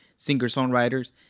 singer-songwriters